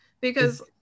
Because-